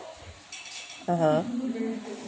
(uh huh)